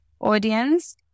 audience